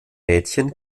mädchen